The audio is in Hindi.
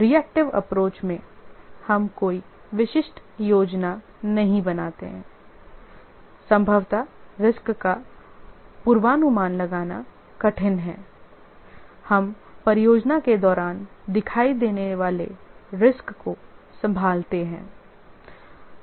रिएक्टिव अप्रोच में हम कोई विशिष्ट योजना नहीं बनाते हैं संभवतः रिस्क का पूर्वानुमान लगाना कठिन है हम परियोजना के दौरान दिखाई देने वाले रिस्क को संभालते हैं